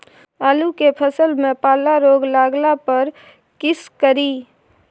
आलू के फसल मे पाला रोग लागला पर कीशकरि?